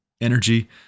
energy